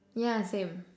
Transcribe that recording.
yeah same